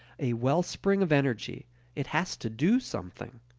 a wellspring of energy it has to do something.